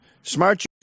smart